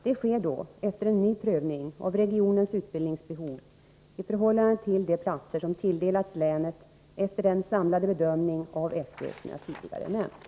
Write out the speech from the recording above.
Det sker då efter en ny prövning av regionens utbildningsbehov i förhållande till de platser som tilldelats länet efter den samlade bedömning av SÖ som jag tidigare nämnt.